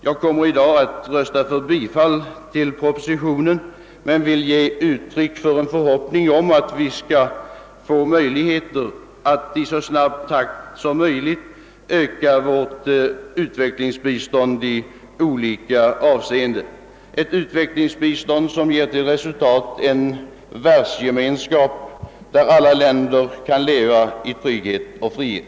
Jag kommer i dag att rösta för bifall till propositionens förslag men vill ge uttryck för en förhoppning om att vi skall få möjligheter att i snabb takt öka vårt utvecklingsbistånd i olika avseenden, så att det kan ge till resultat en världsgemenskap, där alla länder kan leva i trygghet och frihet.